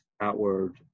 outward